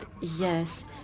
yes